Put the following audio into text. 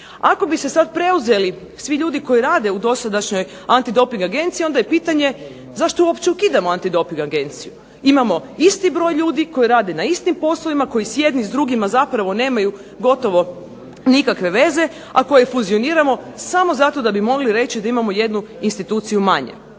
Ako bi se sada preuzeli svi ljudi koji rade u dosadašnjoj Hrvatska antidoping agencija onda je pitanje zašto uopće ukidamo Antidoping agenciju? Imamo isti broj ljudi koji radi koji rade na istim poslovima, koji jedni s drugima zapravo nemaju gotovo nikakve veze, a koje fluzioniramo samo zato da bi mogli reći da imamo jednu instituciju manje.